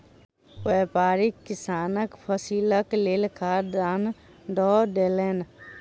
व्यापारी किसानक फसीलक लेल खाद दान दअ देलैन